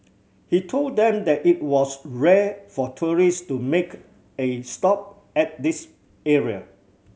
he told them that it was rare for tourist to make a stop at this area